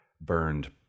burned